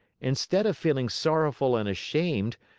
instead of feeling sorrowful and ashamed,